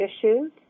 issues